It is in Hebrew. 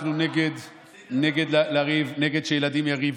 אנחנו נגד ריב, נגד שילדים יריבו,